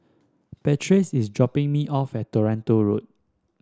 Patrice is dropping me off at Toronto Road